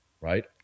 right